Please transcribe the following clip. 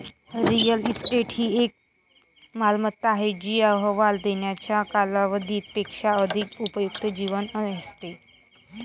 real estate ही एक मालमत्ता आहे जी अहवाल देण्याच्या कालावधी पेक्षा अधिक उपयुक्त जीवन असते